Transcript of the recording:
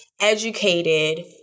educated